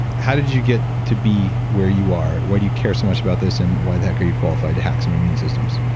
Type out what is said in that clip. how did you get to be where you are? why do you care so much about this and why the heck are you qualified to hack some immune systems?